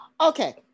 Okay